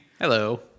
hello